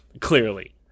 Clearly